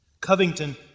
Covington